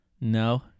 No